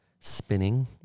spinning